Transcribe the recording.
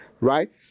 right